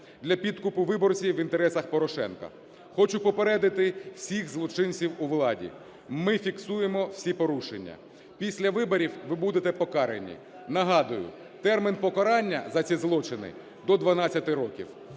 для підкупу виборців в інтересах Порошенка. Хочу попередити всіх злочинців у владі: ми фіксуємо всі порушення. Після виборів ви будете покарані. Нагадую, термін покарання за ці злочини – до 12 років.